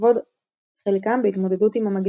לכבוד חלקם בהתמודדות עם המגפה,